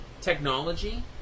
technology